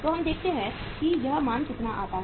तो हम देखते हैं यह मान कितना आता है